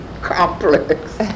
complex